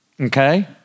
Okay